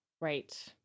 right